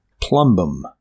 plumbum